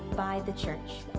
by the church.